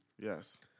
yes